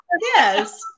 Yes